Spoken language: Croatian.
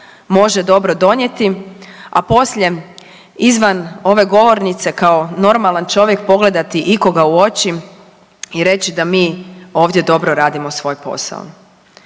može dobro donijeti, a poslije izvan ove govornice, kao normalan čovjek, pogledati ikoga u oči i reći da mi ovdje dobro radimo svoj posao.